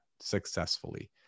successfully